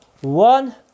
one